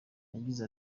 yagize